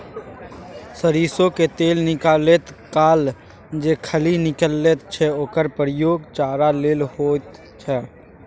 सरिसों तेल निकालैत काल जे खली निकलैत छै ओकर प्रयोग चारा लेल होइत छै